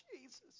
jesus